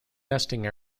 nesting